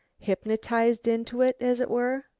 hypnotised into it, as it were?